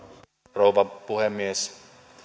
rouva puhemies